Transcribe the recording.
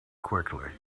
quickly